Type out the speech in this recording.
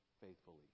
faithfully